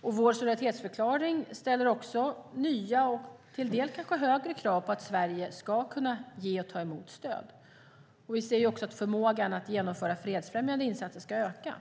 Vår solidaritetsförklaring ställer också nya och delvis kanske högre krav på att Sverige ska kunna ge och ta emot stöd. Vi säger också att förmågan att genomföra fredsfrämjande insatser ska öka.